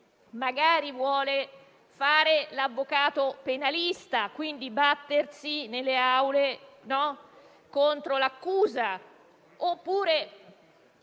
magari vuole fare l'avvocato penalista e quindi battersi nelle aule contro l'accusa, oppure